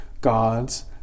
God's